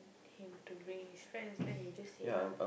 him to bring his friends you just say lah